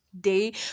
day